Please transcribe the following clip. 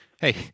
Hey